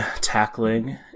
tackling